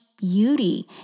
beauty